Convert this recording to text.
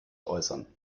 äußern